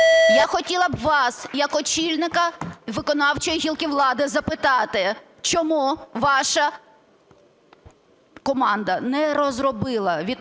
б хотіла вас як очільника виконавчої гілки влади запитати, чому ваша команда не розробила відповідні